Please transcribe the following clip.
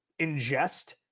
ingest